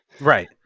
Right